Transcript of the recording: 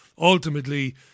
ultimately